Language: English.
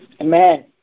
Amen